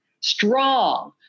strong